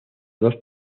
dos